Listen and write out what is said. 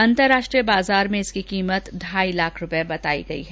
अंतरराष्ट्रीय बाजार में इसकी कीमत ढाई लाख रूपये बताई गई है